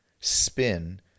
spin